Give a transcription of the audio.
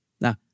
Now